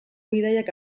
bidaiak